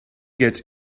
get